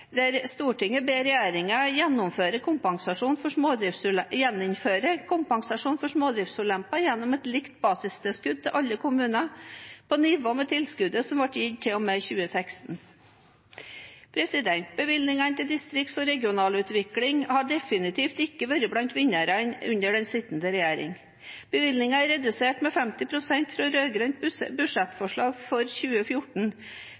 der Stortinget ber regjeringen gjeninnføre kompensasjon for smådriftsulemper gjennom et likt basistilskudd til alle kommuner på nivå med tilskuddet som ble gitt til og med 2016. Bevilgningene til distrikts- og regionalutvikling har definitivt ikke vært blant vinnerne under den sittende regjeringen. Bevilgningen er redusert med 50 pst. fra